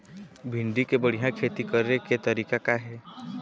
भिंडी के बढ़िया खेती करे के तरीका का हे?